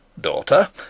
daughter